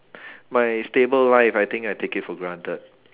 my stable life I think I take it for granted